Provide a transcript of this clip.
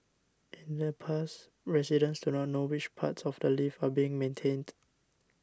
in the past residents do not know which parts of the lift are being maintained